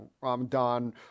Ramadan